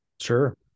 sure